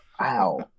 Wow